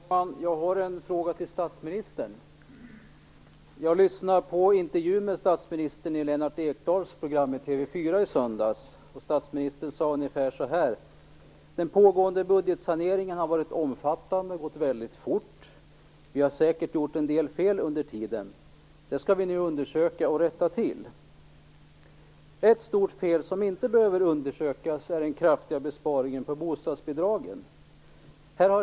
Herr talman! Jag har en fråga till statsministern. Jag lyssnade på en intervju med statsministern i Lennart Ekdals program i TV 4 i söndags. Statsministern sade ungefär: Den pågående budgetsaneringen har varit omfattande och har gått väldigt fort. Vi har säkert gjort en del fel under tiden. Det skall vi nu undersöka och rätta till. Ett stort fel som inte behöver undersökas är den kraftiga besparingen på bostadsbidragen.